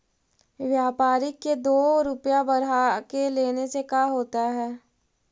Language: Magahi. व्यापारिक के दो रूपया बढ़ा के लेने से का होता है?